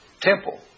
Temple